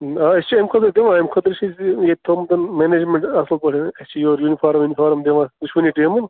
نہَ أسۍ چھِ اَمہِ خٲطرٕ دِوان اَمہِ خٲطرٕ چھُ یہِ ییٚتہِ تھوٚومُت منیٚجٮ۪منٛٹ اَصٕل پٲٹھٮ۪ن اَسہِ چھِ یورٕ یوٗنِفارم وُنفارم دِوان دۅشوٕنی ٹیٖمن